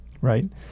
right